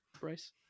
Bryce